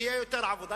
תהיה יותר עבודה.